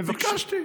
ביקשתי.